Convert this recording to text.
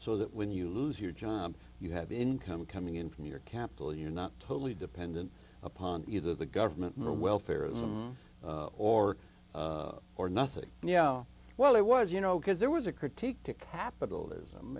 so that when you lose your job you have income coming in from your capital you're not totally dependent upon either the government and the welfare of them or or nothing and yeah well it was you know because there was a critique to capitalism